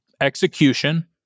Execution